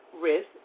risk